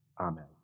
amen